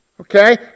okay